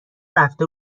رفته